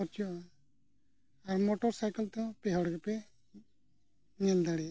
ᱠᱷᱚᱨᱪᱚᱜᱼᱟ ᱟᱨ motorcycle ᱛᱮᱦᱚᱸ ᱯᱮ ᱦᱚᱲ ᱯᱮ ᱧᱮᱞ ᱫᱟᱲᱮᱭᱟᱜᱼᱟ